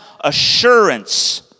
assurance